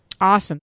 Awesome